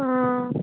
हँ